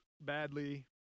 badly